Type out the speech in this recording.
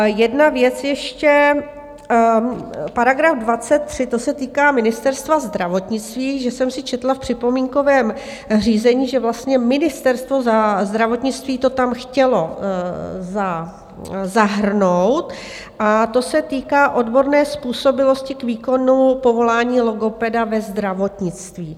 Jedna věc ještě § 23, to se týká Ministerstva zdravotnictví, že jsem si četla v připomínkovém řízení, že vlastně Ministerstvo zdravotnictví to tam chtělo zahrnout, a to se týká odborné způsobilosti k výkonu povolání logopeda ve zdravotnictví.